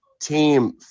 team